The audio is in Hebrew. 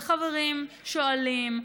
וחברים שואלים,